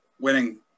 winning